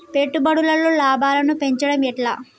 పెట్టుబడులలో లాభాలను పెంచడం ఎట్లా?